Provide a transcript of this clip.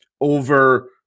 over